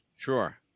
Sure